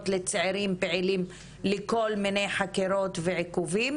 לצעירים פעילים לכל מיני חקירות ועיכובים,